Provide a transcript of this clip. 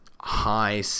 high